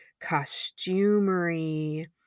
costumery